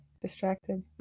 distracted